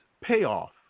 payoff